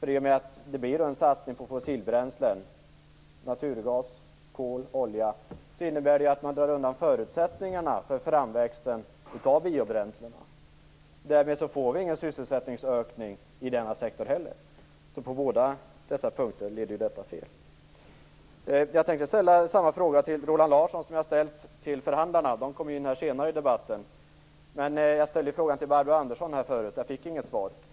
I och med att det sker en satsning på fossilbränslen - naturgas, kol, olja - drar man undan förutsättningarna för en framväxt av biobränslen. Därmed blir det inte någon ökning av sysselsättningen i denna sektor heller. På båda dessa punkter leder alltså detta fel. Jag vill ställa samma fråga till Roland Larsson som jag har ställt till förhandlarna. De kommer ju in senare i debatten. Jag ställde frågan även till Barbro Andersson, men jag fick inte något svar.